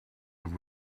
live